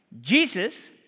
Jesus